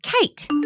Kate